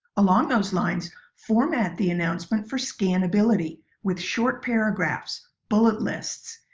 along those lines, format the announcement for scan-ability with short paragraphs, bullet lists,